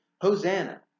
hosanna